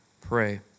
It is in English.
pray